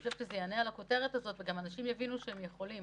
אני רוצה שזה גם יענה על הכותרת הזאת וגם שאנשים יבינו שהם יכולים,